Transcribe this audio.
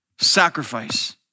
sacrifice